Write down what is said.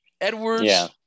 Edwards